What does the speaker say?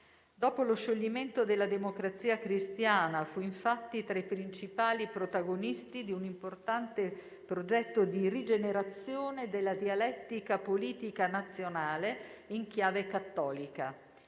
Dopo lo scioglimento della Democrazia Cristiana, fu, infatti, tra i principali protagonisti di un in progetto di rigenerazione della dialettica politica nazionale in chiave cattolica;